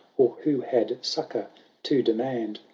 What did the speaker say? or who had succour to demand.